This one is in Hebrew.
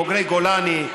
בוגרי גולני,